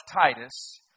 Titus